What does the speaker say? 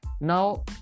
now